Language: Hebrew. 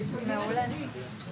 הישיבה ננעלה בשעה